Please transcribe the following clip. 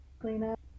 cleanup